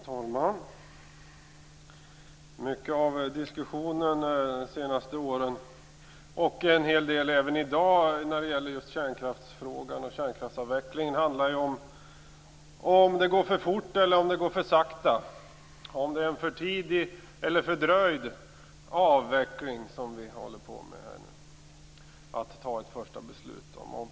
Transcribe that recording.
Fru talman! Mycket av diskussionen de senaste åren och en hel del även i dag när det gäller kärnkraftsfrågan och kärnkraftsavvecklingen handlar om ifall det går för fort eller för sakta, om det är en för tidig eller fördröjd avveckling som vi nu håller på att fatta ett första beslut om.